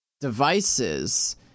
devices